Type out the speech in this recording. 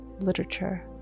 literature